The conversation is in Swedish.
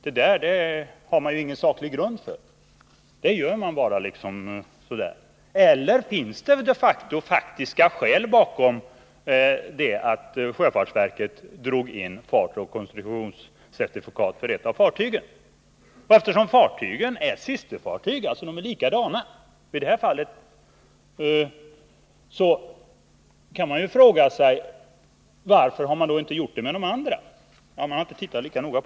Det skulle inte finnas någon saklig grund för indragandet — det har liksom bara råkat ske. Eller finns det i själva verket faktiska skäl bakom det förhållandet att sjöfartsverket drog in fartoch konstruktionscertifikat för ett av fartygen? Eftersom det är fråga om en serie av likadana fartyg, kan man fråga sig varför inte samma åtgärd vidtagits beträffande systerfartygen.